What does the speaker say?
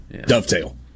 dovetail